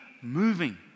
moving